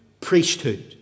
priesthood